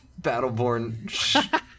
Battleborn